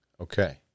Okay